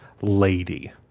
lady